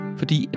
fordi